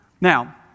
now